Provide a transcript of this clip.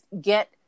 get